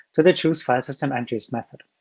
to the choosefilesystementries method.